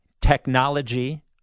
technology